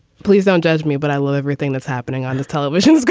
please don't judge me. but i love everything that's happening on the television